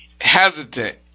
hesitant